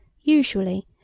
usually